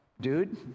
dude